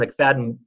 McFadden